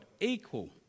equal